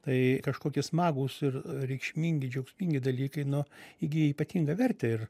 tai kažkoki smagūs ir reikšmingi džiaugsmingi dalykai nu įgyja ypatingą vertę ir